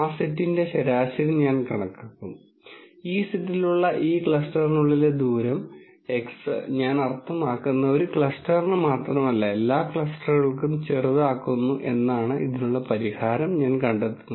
ആ സെറ്റിന്റെ ശരാശരി ഞാൻ കണക്കാക്കും ഈ സെറ്റിലുള്ള ഈ ക്ലസ്റ്ററിനുള്ളിലെ ദൂരം x ഞാൻ അർത്ഥമാക്കുന്നത് ഒരു ക്ലസ്റ്ററിന് മാത്രമല്ല എല്ലാ ക്ലസ്റ്ററുകൾക്കും ചെറുതാക്കുന്നു എന്നാണ് ഇതിനുള്ള പരിഹാരം ഞാൻ കണ്ടെത്തും